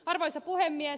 arvoisa puhemies